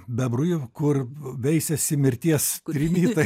bebrų kur veisiasi mirties trimitai